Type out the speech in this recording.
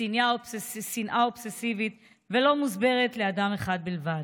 שנאה אובססיבית ולא מוסברת לאדם אחד בלבד.